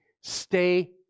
Stay